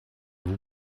vous